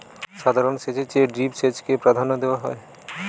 সাধারণ সেচের চেয়ে ড্রিপ সেচকে প্রাধান্য দেওয়া হয়